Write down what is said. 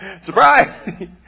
surprise